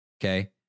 Okay